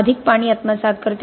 अधिक पाणी आत्मसात करते